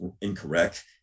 incorrect